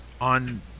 on